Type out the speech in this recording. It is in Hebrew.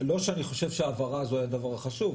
לא שאני חושב שההעברה הזו היא הדבר החשוב,